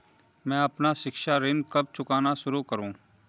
मैं अपना शिक्षा ऋण कब चुकाना शुरू करूँ?